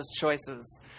choices